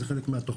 זה חלק מהתוכנית.